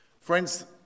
Friends